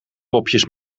mopjes